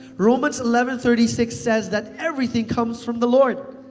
romans eleven thirty six says that everything comes from the lord.